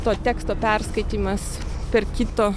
to teksto perskaitymas per kito